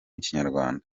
kinyarwanda